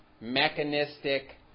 mechanistic